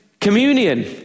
communion